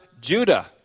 Judah